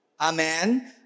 Amen